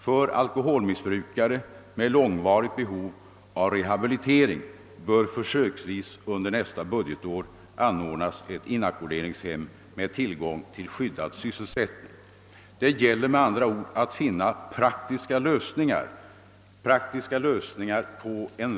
För alkoholmissbrukare med långvarigt behov av rehabilitering bör försöksvis under nästa budgetår Det gäller med andra ord att finna praktiska lösningar på en rad olika problem.